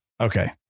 Okay